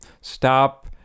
stop